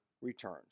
returns